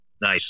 nice